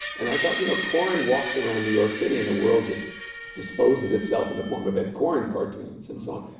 and i thought you know, koren walks around new york city and the world just disposes itself in the form of ed koren cartoons and so on.